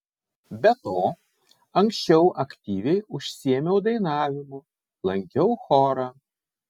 be to anksčiau aktyviai užsiėmiau dainavimu lankiau chorą